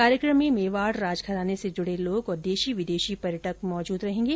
कार्यक्रम में मेवाड़ राजघराने से जुड़े लोग और देशी विदेशी पर्यटक मौजूद रहेंगे